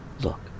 Look